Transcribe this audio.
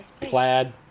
plaid